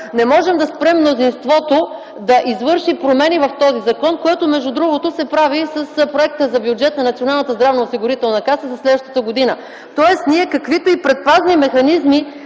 не можем да спрем мнозинството да извърши промени в този закон, което между другото се прави и с проекта за бюджет на Националната здравноосигурителна каса за следващата година. Тоест, ние каквито и предпазни механизми